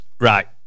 Right